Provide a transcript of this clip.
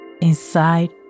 Inside